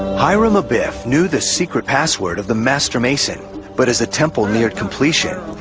hiram abeth knew the secret password of the master mason but as the temple neared completion,